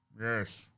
Yes